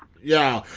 yeah,